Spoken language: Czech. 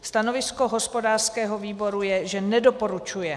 Stanovisko hospodářského výboru je, že nedoporučuje.